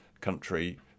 country